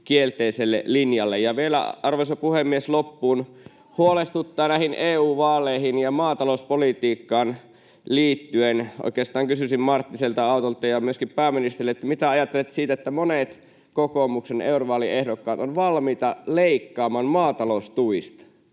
kielteiselle linjalle. Ja vielä, arvoisa puhemies, loppuun: Huolestuttaa näihin EU-vaaleihin ja maatalouspolitiikkaan liittyen. Oikeastaan kysyisin Marttiselta, Autolta ja myöskin pääministeriltä, mitä ajattelette siitä, että monet kokoomuksen eurovaaliehdokkaat ovat valmiita leikkaamaan maataloustuista.